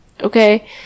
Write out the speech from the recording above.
okay